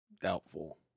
doubtful